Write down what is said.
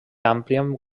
àmplia